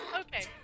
Okay